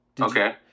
Okay